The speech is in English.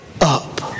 up